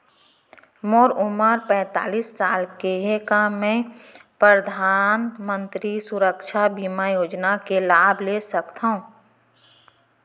मोर उमर पैंतालीस साल हे का मैं परधानमंतरी सुरक्षा बीमा योजना के लाभ ले सकथव?